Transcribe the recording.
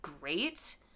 great